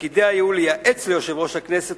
שתפקידיה יהיו לייעץ ליושב-ראש הכנסת